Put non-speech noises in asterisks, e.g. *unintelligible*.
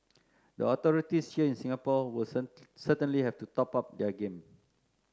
the authorities *unintelligible* Singapore wasn't certainly have to up their game